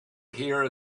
here